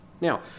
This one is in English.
Now